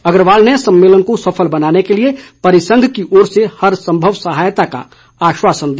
अग्रवाल ने सम्मेलन को सफल बनाने के लिए परिसंघ की ओर से हर संभव सहायता का आसवासन दिया